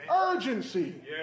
Urgency